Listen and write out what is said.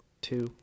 two